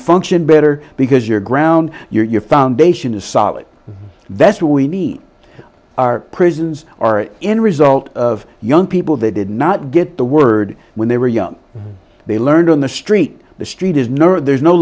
function better because your ground your foundation is solid that's what we need our prisons are in result of young people they did not get the word when they were young they learned on the street the street is no there's no